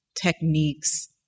techniques